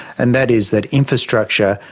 and that is that infrastructure,